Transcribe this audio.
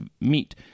meat